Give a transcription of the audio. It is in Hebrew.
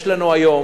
יש לנו היום